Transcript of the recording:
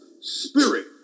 spirit